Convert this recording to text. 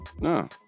No